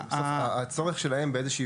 בסוף, אני יכול להתחבר לצורך שלהם באיזו שהיא